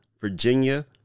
Virginia